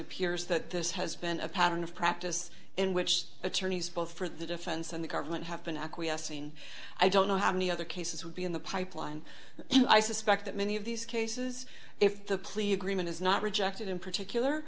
appears that this has been a pattern of practice in which attorneys both for the defense and the government have been acquiescing i don't know how many other cases would be in the pipeline and i suspect that many of these cases if the plea agreement is not rejected in particular